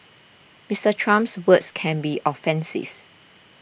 Mister Trump's words can be offensives